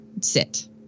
sit